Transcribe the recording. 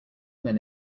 men